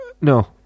No